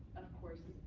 of course,